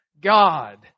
God